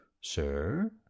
Sir